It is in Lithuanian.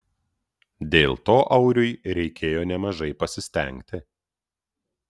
dėl to auriui reikėjo nemažai pasistengti